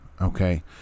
okay